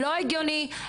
לא הגיוני,